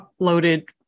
uploaded